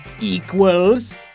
...equals